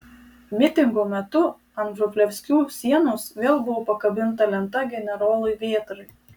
mitingo metu ant vrublevskių sienos vėl buvo pakabinta lenta generolui vėtrai